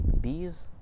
bees